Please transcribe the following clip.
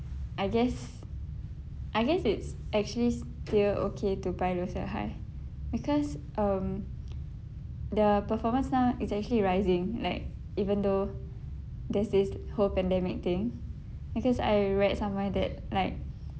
I guess I guess it's actually still okay to buy low sell high because um the performance now it's actually rising like even though there's this whole pandemic thing because I read somewhere that like